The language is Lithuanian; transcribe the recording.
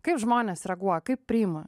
kaip žmonės reaguoja kaip priima